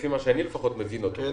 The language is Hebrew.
כפי שאני מבין אותו,